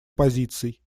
позиций